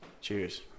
Cheers